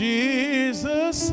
Jesus